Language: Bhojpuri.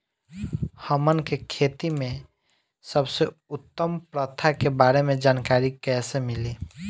हमन के खेती में सबसे उत्तम प्रथा के बारे में जानकारी कैसे मिली?